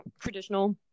traditional